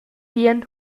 bien